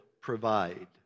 provide